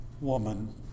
woman